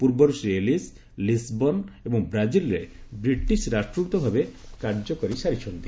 ପୂର୍ବରୁ Shri Ellis Lisbon ଏବଂ ବ୍ରାଜିଲ୍ରେ ବ୍ରିଟିଶ୍ ରାଷ୍ଟ୍ରଦୂତ ଭାବେ କାର୍ଯ୍ୟ କରିସାରିଛନ୍ତି